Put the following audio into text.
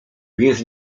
więc